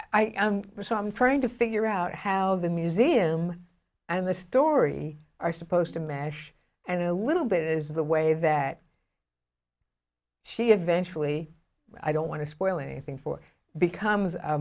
right so i am trying to figure out how the museum and the story are supposed to mash and a little bit is the way that she eventually i don't want to spoil anything for becomes a